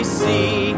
see